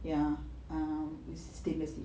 ya mm it's stainless steel